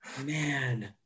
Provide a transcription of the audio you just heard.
man